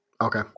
Okay